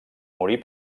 morí